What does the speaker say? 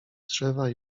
drzewa